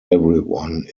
everyone